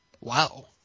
Wow